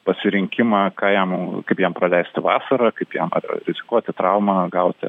pasirinkimą ką jam kaip jam praleisti vasarą kaip jam rizikuoti traumą gauti